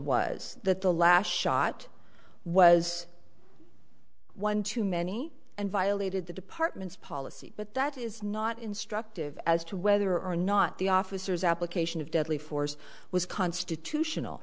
was that the last shot was one too many and violated the department's policy but that is not instructive as to whether or not the officer's application of deadly force was constitutional